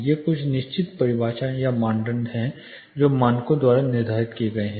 ये कुछ निश्चित परिभाषाएँ या मानदंड हैं जो मानकों द्वारा निर्धारित किए गए हैं